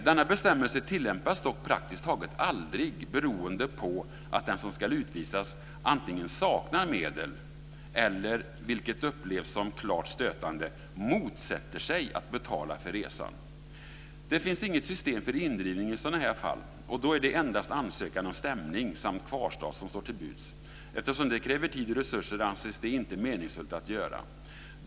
Denna bestämmelse tillämpas dock praktiskt taget aldrig, beroende på att den som ska utvisas antingen saknar medel eller, vilket upplevs som klart stötande, motsätter sig att betala för resan. Det finns inget system för indrivning i sådana här fall, och då är det endast ansökan om stämning samt kvarstad som står till buds. Eftersom det kräver tid och resurser anses det inte meningsfullt att göra detta.